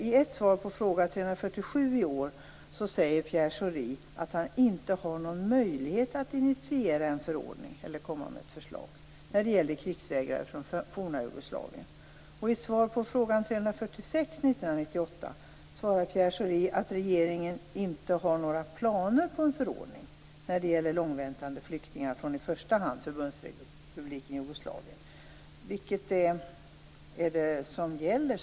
I ett svar på fråga 347 i år säger Pierre Schori att han inte har någon möjlighet att initiera en förordning eller komma med ett förslag när det gäller krigsvägrare från forna Jugoslavien. I ett svar på fråga 346 från 1998 svarar Pierre Schori att regeringen inte har några planer på en förordning när det gäller långväntande flyktingar från i första hand Förbundsrepubliken Jugoslavien. Vilket är det som gäller?